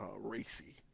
racy